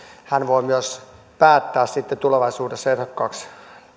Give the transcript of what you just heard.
hän voi myös päättää sitten tulevaisuudessa ehdokkaaksi